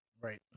right